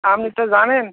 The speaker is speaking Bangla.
আপনি তো জানেন